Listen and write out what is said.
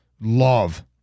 Love